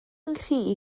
nghri